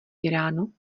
íránu